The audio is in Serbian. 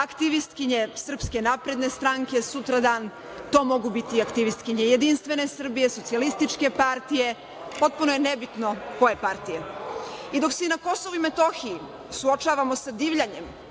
aktivistkinje SNS, sutradan to mogu aktivistkinje Jedinstvene Srbije, Socijalističke partije, potpuno je nebitno koje partije. Dok se na Kosovu i Metohiji suočavamo sa divljanjem